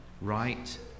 right